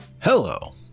Hello